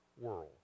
world